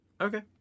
Okay